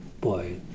boy